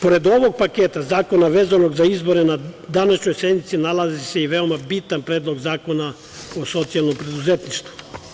Pored ovog paketa zakona vezanog za izbore na današnjoj sednici nalazi se i veoma bitan Predlog zakona o socijalnom preduzetništvu.